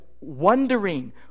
wondering